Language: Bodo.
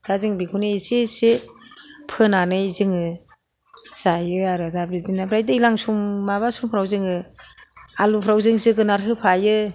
दा जों बेखौनो एसे एसे फोनानै जोङो जायो आरो दा बिदिनो ओमफ्राइ दैज्लां सम माबा समफ्राव जोङो आलुफ्राव जों जोगोनार होफायो